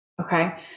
Okay